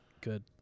Good